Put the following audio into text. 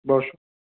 بہت شک